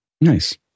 Nice